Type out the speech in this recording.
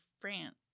France